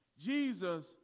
Jesus